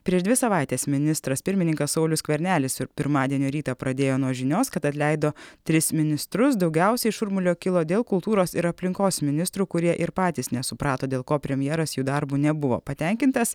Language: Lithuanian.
prieš dvi savaites ministras pirmininkas saulius skvernelis ir pirmadienio rytą pradėjo nuo žinios kad atleido tris ministrus daugiausiai šurmulio kilo dėl kultūros ir aplinkos ministrų kurie ir patys nesuprato dėl ko premjeras jų darbu nebuvo patenkintas